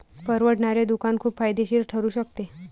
परवडणारे दुकान खूप फायदेशीर ठरू शकते